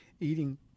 eating